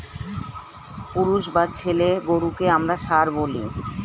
পুরুষ বা ছেলে গরুকে আমরা ষাঁড় বলি